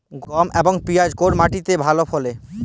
গম এবং পিয়াজ কোন মাটি তে ভালো ফলে?